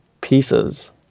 pieces